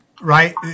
right